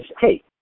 hey